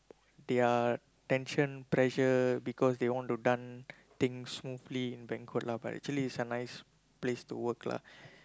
they are attention pressure because they want to done things smoothly in banquet lah but actually is a nice place to work lah